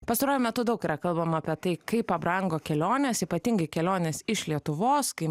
pastaruoju metu daug yra kalbama apie tai kaip pabrango kelionės ypatingai kelionės iš lietuvos kai